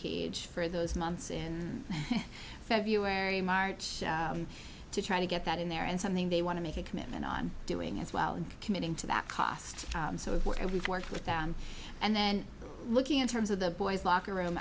cage for those months in february march to try to get that in there and something they want to make a commitment on doing as well and committing to that cost so if we work with them and then looking in terms of the boys locker room